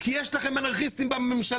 כי יש לכם אנרכיסטים בממשלה.